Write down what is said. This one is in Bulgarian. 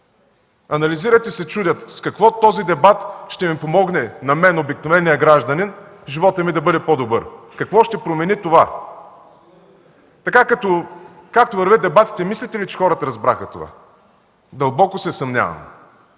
Анализират и се чудят с какво този дебат ще ми помогне на мен, обикновения гражданин, животът ми да бъде по-добър?! Какво ще промени това? Както вървят дебатите, мислите ли, че хората разбраха това?! Дълбоко се съмнявам!